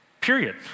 Period